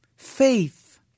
Faith